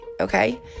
okay